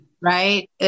right